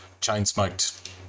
chain-smoked